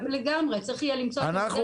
לגמרי צריך יהיה למצוא את המודל --- אני